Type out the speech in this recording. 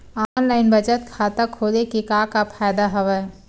online बचत खाता खोले के का का फ़ायदा हवय